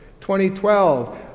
2012